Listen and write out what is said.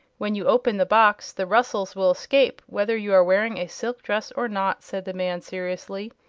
when you open the box the rustles will escape, whether you are wearing a silk dress or not, said the man, seriously.